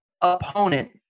opponent